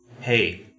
hey